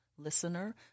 listener